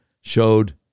showed